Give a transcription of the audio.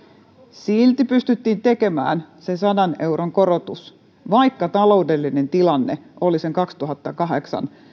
silti tekemään se sadan euron korotus vaikka taloudellinen tilanne oli sen vuoden kaksituhattakahdeksan